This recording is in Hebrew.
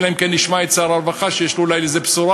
אלא אם כן נשמע משר הרווחה שיש לו אולי בשורה בזה,